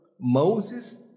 Moses